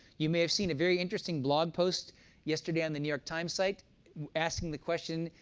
you may have seen a very interesting blog post yesterday on the new york times site asking the question,